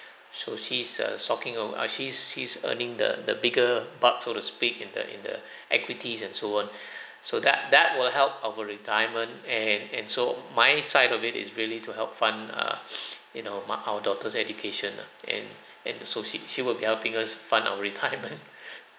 so she is uh socking oh she she's earning the the bigger bucks so to speak in the in the equities and so on so that that will help our retirement and and so my side of it is really to help fund err you know my our daughter's education ah and and uh so she she will be helping us fund our retirement